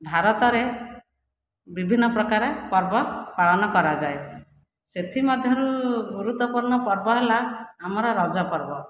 ଭାରତରେ ବିଭିନ୍ନ ପ୍ରକାର ପର୍ବ ପାଳନ କରାଯାଏ ସେଥିମଧ୍ୟରୁ ଗୁରୁତ୍ୱପୂର୍ଣ୍ଣ ପର୍ବ ହେଲା ଆମର ରଜ ପର୍ବ